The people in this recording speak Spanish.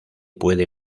puede